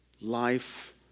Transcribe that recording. Life